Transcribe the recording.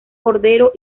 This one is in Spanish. cordero